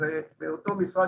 באותו סניף